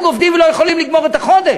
עובדים ולא יכולים לגמור את החודש,